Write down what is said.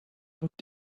looked